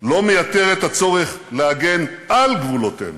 לא מייתר את הצורך להגן על גבולותינו.